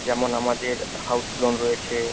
যেমন আমাদের house loan রয়েছে